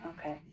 Okay